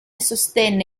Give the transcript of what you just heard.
sostenne